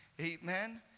Amen